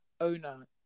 owner